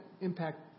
impact